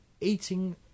eating